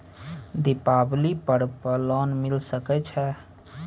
दीपावली पर्व पर लोन मिल सके छै?